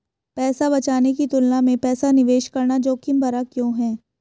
पैसा बचाने की तुलना में पैसा निवेश करना जोखिम भरा क्यों है?